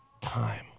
time